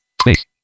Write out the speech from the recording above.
Space